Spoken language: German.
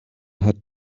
hat